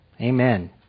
Amen